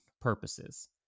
purposes